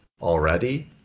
already